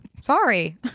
Sorry